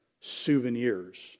souvenirs